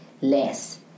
less